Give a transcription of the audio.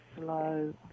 slow